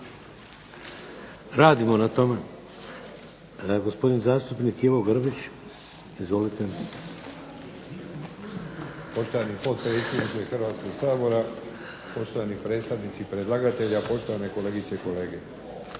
Vladimir (HDZ)** Gospodin zastupnik Ivo Grbić, izvolite. **Grbić, Ivo (HDZ)** Poštovani potpredsjedniče Hrvatskog sabora, poštovani predstavnici predlagatelja, poštovane kolegice i kolege.